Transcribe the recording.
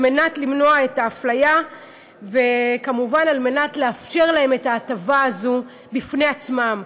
כדי למנוע אפליה וכמובן לאפשר להם את ההטבה הזאת בפני עצמם.